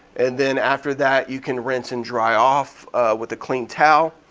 and then after that you can rinse and dry off with a clean towel,